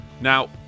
Now